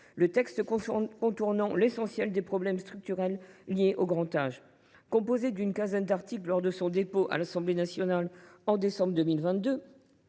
le texte contournant l’essentiel des problèmes structurels liés au grand âge. Composée d’une quinzaine d’articles lors de son dépôt à l’Assemblée nationale au mois de décembre 2022,